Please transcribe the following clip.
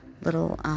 little